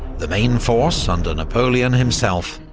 the main force under napoleon himself,